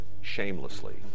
shamelessly